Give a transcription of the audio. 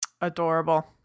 Adorable